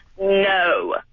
no